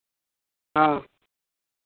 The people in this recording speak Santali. ᱦᱚᱸ